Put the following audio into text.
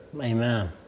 amen